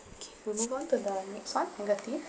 okay we move on to the next one negative